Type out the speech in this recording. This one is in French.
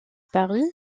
paris